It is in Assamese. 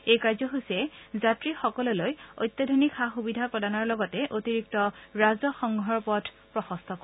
এই কাৰ্য্যসূচীয়ে যাত্ৰীসকললৈ অত্যাধুনিক সা সুবিধা প্ৰদানৰ লগতে অতিৰিক্ত ৰাজহ সংগ্ৰহৰ পথ প্ৰশস্ত কৰিব